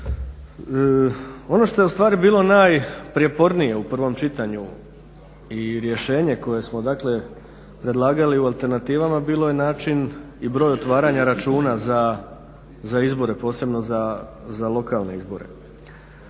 Ono što je ustvari bilo najprijepornije u prvom čitanju i rješenje koje smo predlagali u alternativama bilo je način i broj otvaranja računa za izbore, posebno za lokalne izbore.